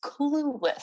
clueless